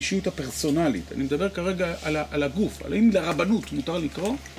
אישיות הפרסונלית, אני מדבר כרגע על הגוף, האם לרבנות מותר לקרוא?